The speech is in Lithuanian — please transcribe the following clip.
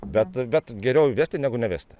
bet bet geriau įvesti negu nevesti